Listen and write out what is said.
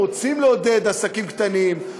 רוצים לעודד עסקים קטנים,